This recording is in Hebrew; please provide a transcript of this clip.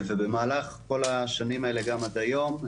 ובמהלך כל השנים האלה וגם עד היום,